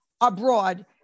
abroad